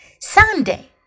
Sunday